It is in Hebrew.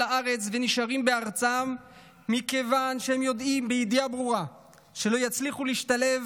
לארץ ונשארים בארצם מכיוון שהם יודעים בידיעה ברורה שלא יצליחו להשתלב